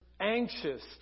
anxious